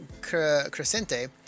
Crescente